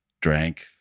drank